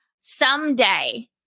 someday